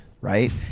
right